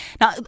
Now